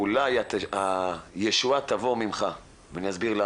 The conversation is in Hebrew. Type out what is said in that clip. אני חושב שאולי הישועה תבוא ממך ואני אסביר למה.